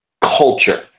culture